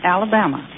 Alabama